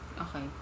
Okay